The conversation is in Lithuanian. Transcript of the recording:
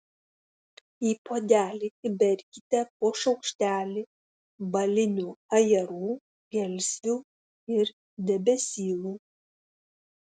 į puodelį įberkite po šaukštelį balinių ajerų gelsvių ir debesylų